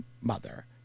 mother